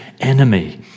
enemy